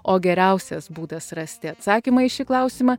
o geriausias būdas rasti atsakymą į šį klausimą